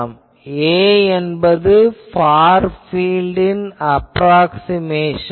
A என்பது far பீல்டின் approximation